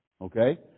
Okay